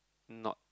not